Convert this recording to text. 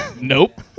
Nope